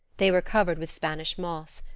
they were covered with spanish moss.